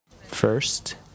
First